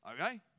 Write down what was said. Okay